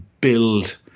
build